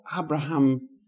Abraham